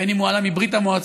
בין אם הוא עלה מברית המועצות,